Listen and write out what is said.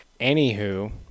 Anywho